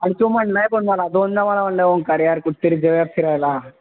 आणि तो म्हणाला आहे पण मला दोनदा मला म्हणाला आहे ओंकार यार कुठेतरी जाऊया फिरायला